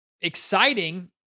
exciting